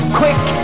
quick